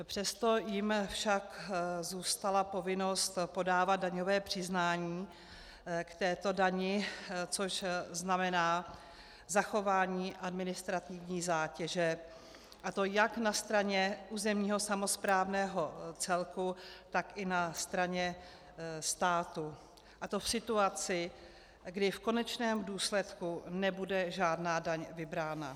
Přesto jim však zůstala povinnost podávat daňové přiznání k této dani, což znamená zachování administrativní zátěže, a to jak na straně územního samosprávného celku, tak i na straně státu, a to v situaci, kdy v konečném důsledku nebude žádná daň vybrána.